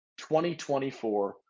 2024